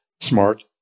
smart